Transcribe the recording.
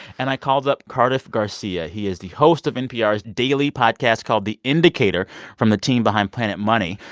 and i called up cardiff garcia. he is the host of npr's daily podcast called the indicator from the team behind planet money.